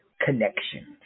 connections